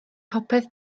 popeth